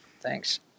Thanks